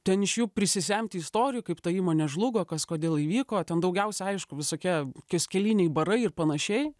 ten iš jų prisisemti istorijų kaip ta įmonė žlugo kas kodėl įvyko ten daugiausia aišku visokie kioskeliniai barai ir panašiai